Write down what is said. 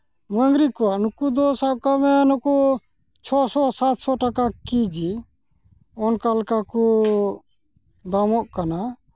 ᱢᱟᱝᱜᱽᱨᱤ ᱠᱚᱣᱟᱜ ᱱᱩᱠᱩ ᱫᱚ ᱥᱟᱵ ᱠᱟᱜ ᱢᱮ ᱱᱩᱠᱩ ᱪᱷᱚᱥᱚ ᱥᱟᱛᱥᱚ ᱴᱟᱠᱟ ᱠᱮᱡᱤ ᱚᱱᱠᱟ ᱞᱮᱠᱟ ᱠᱚ ᱫᱟᱢᱚᱜ ᱠᱟᱱᱟ